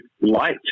light